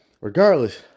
regardless